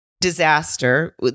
disaster